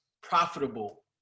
profitable